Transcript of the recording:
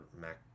Mac